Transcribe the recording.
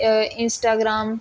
Instagram